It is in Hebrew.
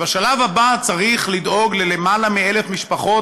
בשלב הבא צריך לדאוג ליותר מ-1,000 משפחות,